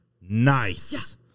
Nice